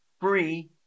free